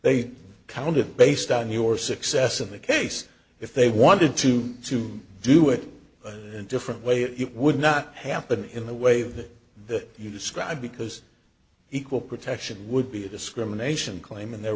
they counted based on your success in the case if they wanted to to do it in different way it would not happen in the way that you describe because equal protection would be a discrimination claim and there